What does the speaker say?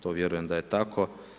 To vjerujem da je to.